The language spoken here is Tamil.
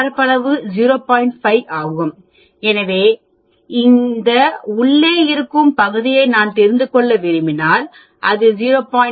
5 ஆகும் எனவே இந்த உள்ளே இருக்கும் பகுதியை நான் தெரிந்து கொள்ள விரும்பினால் அது 0